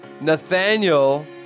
Nathaniel